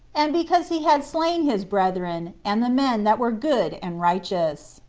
and because he had slain his brethren, and the men that were good and righteous.